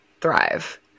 thrive